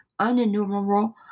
Unenumerable